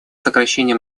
сокращение